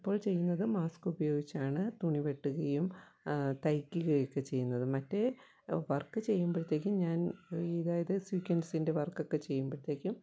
ഇപ്പോൾ ചെയ്യുന്നത് മാസ്ക്ക് ഉപയോഗിച്ചാണ് തുണി വെട്ടുകയും തൈക്കുകയൊക്കെ ചെയ്യുന്നത് മറ്റേ വർക്ക് ചെയ്യുമ്പഴ്ത്തേക്കും ഞാൻ അതായത് സ്വീക്കൻസിൻ്റെ വർക്കൊക്കെ ചെയ്യുമ്പഴത്തേക്കും